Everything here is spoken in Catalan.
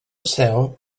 cel